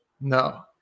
No